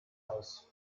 aus